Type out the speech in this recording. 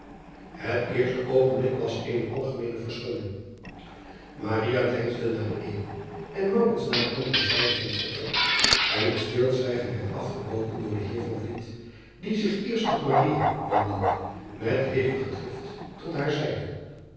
et eerste oogenblik was eene algemeene verstomming deinsde naar de eene en naar de andere zijde van het vertrek en het stilzwijgen werd afgebroken door den eer die zich eerst tot wendende met hevige drift tot haar zeide